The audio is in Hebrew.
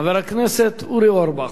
חבר הכנסת אורי אורבך,